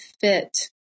fit